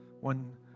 one